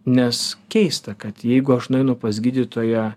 nes keista kad jeigu aš nueinu pas gydytoją